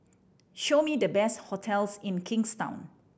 show me the best hotels in Kingstown